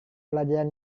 pelajaran